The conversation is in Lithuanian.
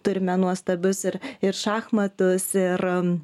turime nuostabius ir ir šachmatus ir